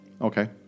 Okay